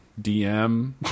DM